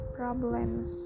problems